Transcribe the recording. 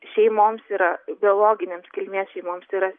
šeimoms yra biologinėms kilmės šeimoms yra